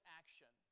action